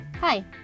Hi